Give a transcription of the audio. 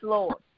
Lord